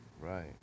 Right